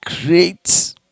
great